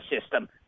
system